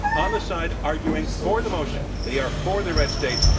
on the side arguing for the motion, they are for the red states.